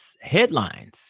headlines